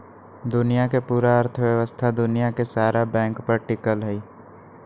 दुनिया के पूरा अर्थव्यवस्था दुनिया के सारा बैंके पर टिकल हई